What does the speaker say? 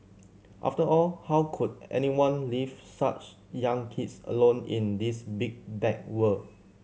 after all how could anyone leave such young kids alone in this big bad world